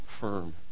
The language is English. firm